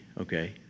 Okay